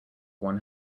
one